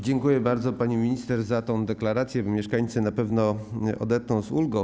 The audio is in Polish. Dziękuję bardzo, pani minister, za tę deklarację, mieszkańcy na pewno odetchną z ulgą.